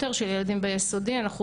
אנחנו מאוד פעילים בנושא הזה.